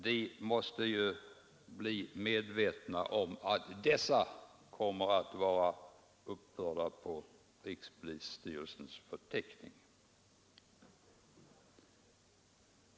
De måste vara medvetna om att dessa kommer att vara uppförda på rikspolisstyrelsens förteckning.